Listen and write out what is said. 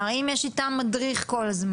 האם יש איתם כל הזמן מדריך?